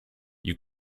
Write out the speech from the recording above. you